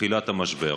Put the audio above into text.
תחילת המשבר,